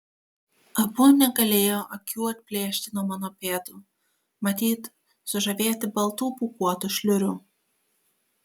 abu negalėjo akių atplėšti nuo mano pėdų matyt sužavėti baltų pūkuotų šliurių